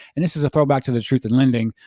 and this is a throwback to the truth in lending.